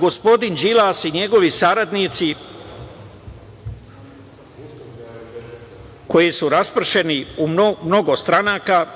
gospodin Đilas i njegovi saradnici, koji su raspršeni u mnogo stranaka,